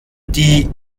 die